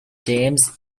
james